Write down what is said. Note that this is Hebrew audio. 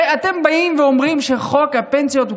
הרי אתם באים ואומרים שחוק הפנסיות הוא